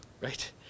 right